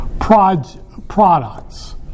products